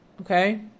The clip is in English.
Okay